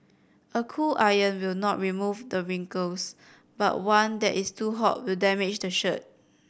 a cool iron will not remove the wrinkles but one that is too hot will damage the shirt